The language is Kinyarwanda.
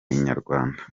inyarwanda